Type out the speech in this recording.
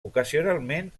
ocasionalment